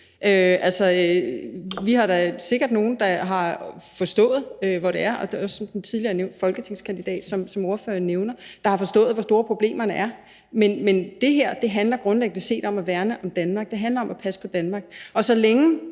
vi har da sikkert nogle, der har forstået – ligesom den folketingskandidat, som spørgeren tidligere nævnte – hvor store problemerne er. Men det her handler grundlæggende set om at værne om Danmark; det handler om at passe på Danmark. Og man